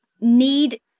need